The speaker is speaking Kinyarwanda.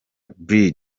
brig